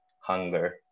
hunger